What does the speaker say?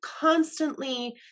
constantly